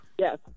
Yes